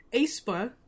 aspa